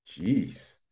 Jeez